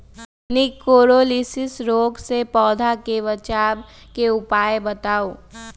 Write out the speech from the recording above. निककरोलीसिस रोग से पौधा के बचाव के उपाय बताऊ?